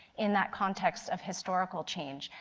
in that context of historical change.